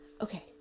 okay